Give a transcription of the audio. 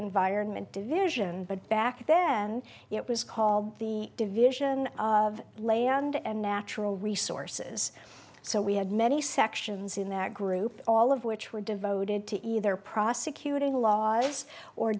environment division but back then it was called the division of land and natural resources so we had many sections in that group all of which were devoted to either prosecuting laws or